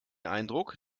eindruck